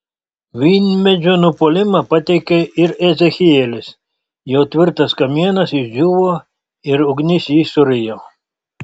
vynmedžio nupuolimą pateikia ir ezechielis jo tvirtasis kamienas išdžiūvo ir ugnis jį surijo